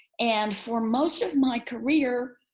and for most of my career,